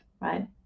right